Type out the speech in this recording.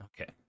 okay